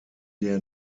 der